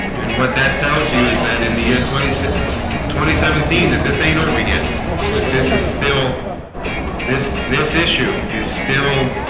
and what that tells you is that in the year twenty six twenty seventeen that this ain't over yet that this is still this this issue is still